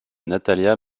natalia